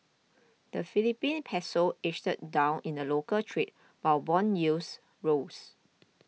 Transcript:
the Philippine Peso edged down in local trade while bond yields rose